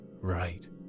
right